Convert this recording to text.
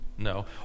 No